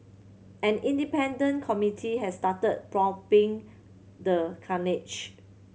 an independent committee has started probing the carnage